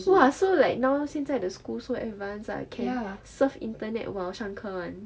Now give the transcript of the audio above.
!wah! so like now 现在的 school so advanced like can surf internet while 上课 [one]